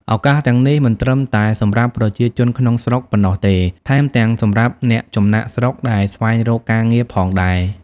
ឱកាសទាំងនេះមិនត្រឹមតែសម្រាប់ប្រជាជនក្នុងស្រុកប៉ុណ្ណោះទេ ថែមទាំងសម្រាប់អ្នកចំណាកស្រុកដែលស្វែងរកការងារផងដែរ។